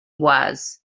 was